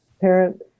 parent